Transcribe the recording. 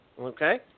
Okay